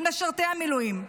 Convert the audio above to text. על משרתי המילואים?